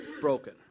broken